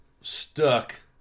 stuck